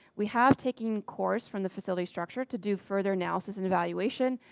we have taken course from the facility structure to do further analysis, and evaluation,